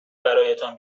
برایتان